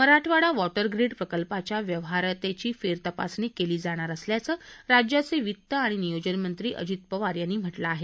Marathwada water grid प्रकल्पाच्या व्यवहार्यतेची फेरतपासणी केली जाणार असल्याचं राज्याचे वित्त आणि नियोजन मंत्री अजित पवार यांनी म्हटलं आहे